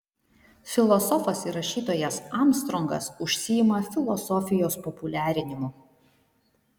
filosofas ir rašytojas armstrongas užsiima filosofijos populiarinimu